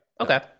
Okay